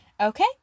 Okay